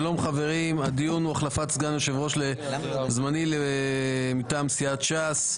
נושא הדיון הוא החלפת סגן יושב-ראש זמני מטעם סיעת ש"ס.